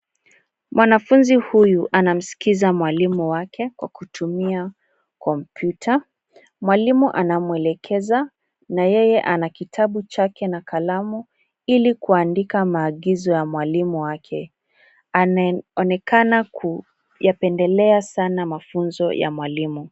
Mwanafunzi huyu anamsikiza mwalimu wake kwa kutumia kompyuta. Mwalimu anamwelekeza na yeye ana kitabu chake na kalamu ili kuandika maagizo ya mwalimu wake. Anaonekana kuyapendelea sana mafunzo ya mwalimu.